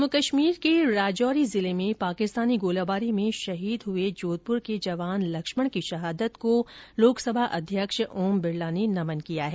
जम्मू कश्मीर के राजौरी जिले में पाकिस्तानी गोलीबारी में शहीद हुए जोधपुर के जवान लक्ष्मण की शहादत को लोकसभा अध्यक्ष ओम बिरला ने नमन किया है